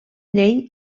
llei